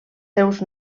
seus